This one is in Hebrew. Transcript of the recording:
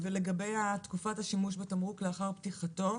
ולגבי תקופת השימוש בתמרוק לאחר פתיחתו?